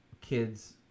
kids